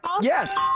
Yes